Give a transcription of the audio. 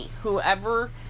whoever